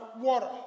water